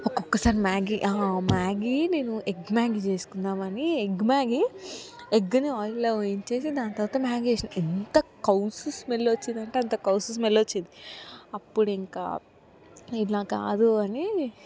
ఒకొక్కసారి Maggi Maggi నేను egg Maggi చేసుకుందామని ఎగ్ మ్యాగి ఎగ్ని ఆయిల్లో వేయించేసి దాని తర్వాత మ్యాగి చేసిన ఎంత కౌసు స్మెల్ వచ్చిందంటే అంత కౌసు స్మెల్ వచ్చింది అప్పుడు ఇంక ఇలా కాదు అని